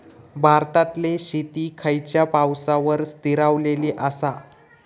भारतातले शेती खयच्या पावसावर स्थिरावलेली आसा?